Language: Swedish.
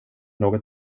något